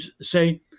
say